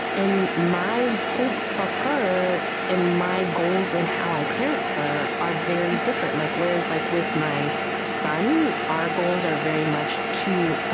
my hope for her and my goals in how i parent her are very different. like whereas, like with my son, our goals are very much to